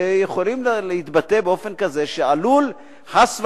יכולים להתבטא באופן כזה שעלול, חס וחלילה,